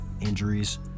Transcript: injuries